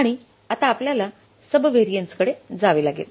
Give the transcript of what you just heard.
आणि आता आपल्याला सबव्हॅरियन्सडे जावे लागेल